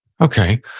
Okay